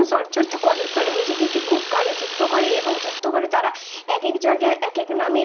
সঞ্চারিত করার ফলে নিজেদেরকে খুব কাজে যুক্ত করে এবং যুক্ত করে তারা এক এক জায়গায় এক এক নামের